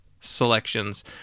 selections